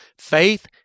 faith